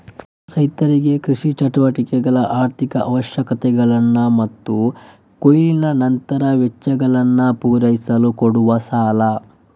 ರೈತರಿಗೆ ಕೃಷಿ ಚಟುವಟಿಕೆಗಳ ಆರ್ಥಿಕ ಅವಶ್ಯಕತೆಗಳನ್ನ ಮತ್ತು ಕೊಯ್ಲಿನ ನಂತರದ ವೆಚ್ಚಗಳನ್ನ ಪೂರೈಸಲು ಕೊಡುವ ಸಾಲ